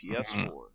PS4